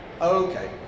Okay